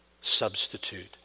substitute